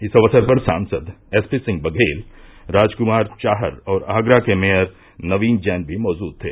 इस अवसर पर सांसद एसपी सिंह बघेल राजकुमार चाहर और आगरा के मेयर नवीन जैन भी मौजूद थे